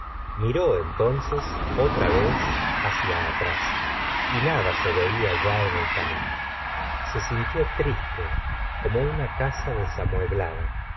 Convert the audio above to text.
miró entonces otra vez hacia atrás y nada se vela ya en el camino se sintió triste como una casa desamueblada y